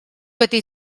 wedi